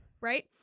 Right